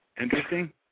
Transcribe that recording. Interesting